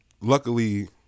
Luckily